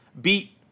beat